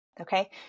okay